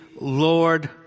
Lord